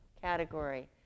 category